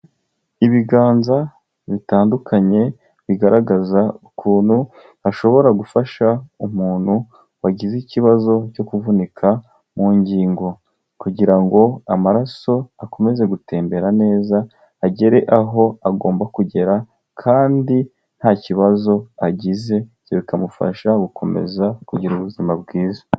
Ibiganza bitandukanye bigaragaza ukuntu ashobora gufasha umuntu wagize ikibazo cyo kuvunika mu ngingo kugira ngo amaraso akomeze gutembera neza agere aho agomba kugera kandi nta kibazo agize, ibyo bikamufasha gukomeza kugira ubuzima bwiza.